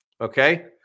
okay